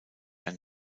ein